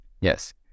Yes